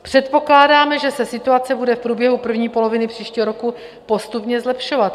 Předpokládáme, že se situace bude v průběhu první poloviny příštího roku postupně zlepšovat.